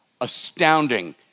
Astounding